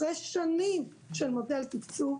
אחרי שנים של מודל תקצוב,